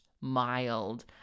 mild